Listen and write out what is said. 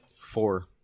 Four